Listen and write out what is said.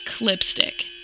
lipstick